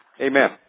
Amen